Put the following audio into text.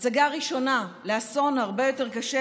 הצגה ראשונה לאסון הרבה יותר קשה,